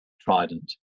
trident